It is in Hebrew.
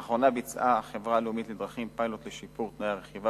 לאחרונה ביצעה החברה הלאומית לדרכים פיילוט לשיפור תנאי הרכיבה